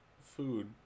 food